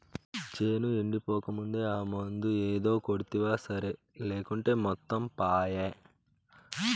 చేను ఎండిపోకముందే ఆ మందు ఏదో కొడ్తివా సరి లేకుంటే మొత్తం పాయే